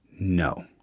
no